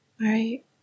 Right